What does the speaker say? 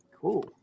Cool